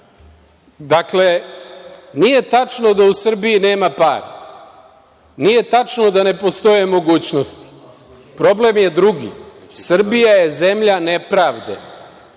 novac? Dakle, nije tačno da u Srbiji nema para. Nije tačno da ne postoje mogućnosti. Problem je drugi, Srbija je zemlja nepravde.